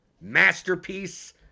masterpiece